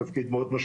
אני